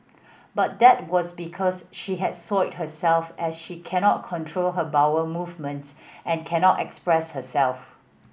but that was because she had soiled herself as she cannot control her bowel movements and can not express herself